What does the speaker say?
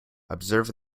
observe